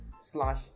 slash